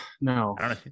No